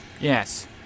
Yes